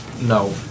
No